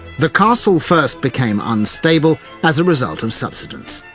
the castle first became unstable as a result of subsidence.